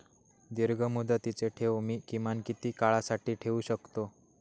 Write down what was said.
दीर्घमुदतीचे ठेव मी किमान किती काळासाठी ठेवू शकतो?